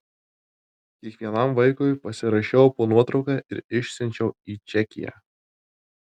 kiekvienam vaikui pasirašiau po nuotrauka ir išsiunčiau į čekiją